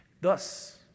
Thus